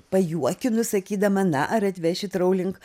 pajuokinu sakydama na ar atvešit rouling